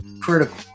critical